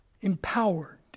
empowered